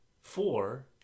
Four